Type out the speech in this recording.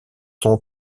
son